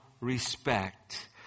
respect